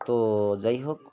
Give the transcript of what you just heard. তো যাই হোক